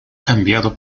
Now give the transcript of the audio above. cambiado